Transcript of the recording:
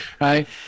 Right